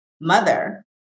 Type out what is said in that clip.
mother